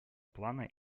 плана